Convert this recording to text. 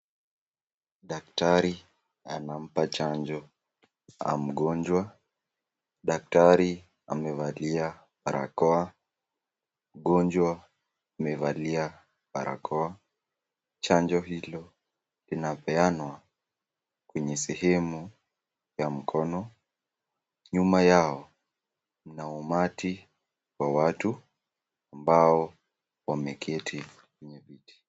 Daktari anampa chanjo mgonjwa, daktari amevalia barakoa ,mgonjwa amevalia barakoa. Chanjo hilo linapeanwa kwenye sehemu ya mkono. Nyuma yao mna umati wa watu ambao wameketi kwenye viti.